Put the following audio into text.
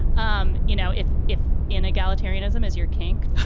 um you know, if if in egalitarianism as your kink.